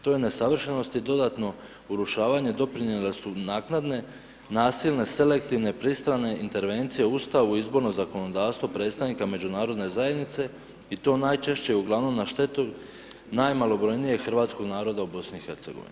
Toj nesavršenosti dodatno urušavanje doprinijele su naknadne, nasilne, selektivne, pristrane intervencije u Ustavu, izborno zakonodavstvo predstavnika međunarodne zajednice i to najčešće uglavnom na štetu najmalobrojnijeg hrvatskog naroda u Bosni i Hercegovini.